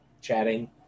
chatting